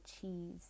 cheese